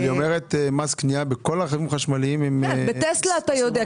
אבל היא אומרת מס קנייה בכל הרכבים החשמליים --- ב"טסלה" אתה יודע.